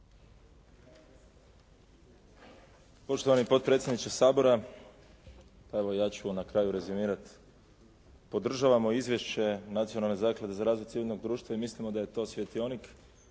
Poštovani potpredsjedniče Sabora, evo ja ću na kraju rezimirati. Podržavamo Izvješće Nacionalne zaklade za razvoj civilnog društva i mislimo da je to svjetionik